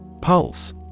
Pulse